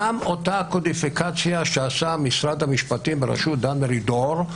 גם אותה קודיפיקציה שעשה משרד המשפטים בראשות דן מרידור,